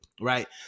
right